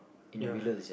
ya